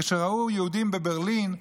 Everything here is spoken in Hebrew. כשראו יהודי בברלין,